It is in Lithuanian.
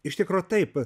iš tikro taip